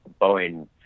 Boeing